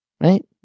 Right